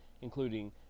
including